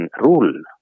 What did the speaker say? rule